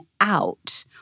out